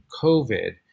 COVID